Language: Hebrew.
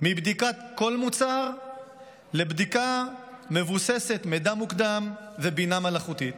מבדיקת כל מוצר לבדיקה מבוססת מידע מוקדם ובינה מלאכותית.